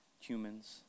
humans